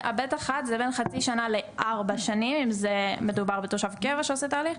ב'1 זה בין חצי שנה לארבע שנים אם מדובר בתושב קבע שעושה תהליך,